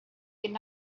could